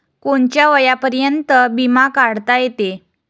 कोनच्या वयापर्यंत बिमा काढता येते?